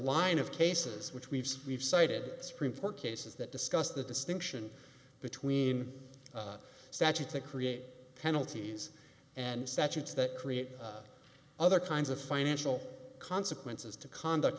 line of cases which we've seen we've cited supreme court cases that discuss the distinction between statute to create penalties and statutes that create other kinds of financial consequences to conduct